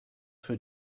für